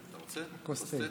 היושבת-ראש, רוצה משהו?